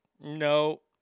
no